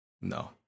No